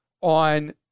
on